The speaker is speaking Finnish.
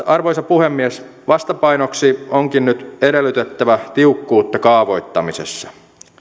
arvoisa puhemies vastapainoksi onkin nyt edellytettävä tiukkuutta kaavoittamisessa